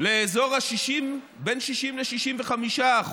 לאזור ה-60%, בין 60% ל-65%.